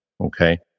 okay